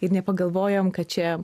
ir nepagalvojom kad čia